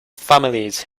families